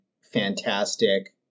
fantastic